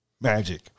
Magic